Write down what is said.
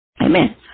Amen